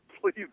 please